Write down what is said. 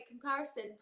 comparison